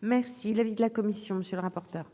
Merci l'avis de la commission, monsieur le rapporteur.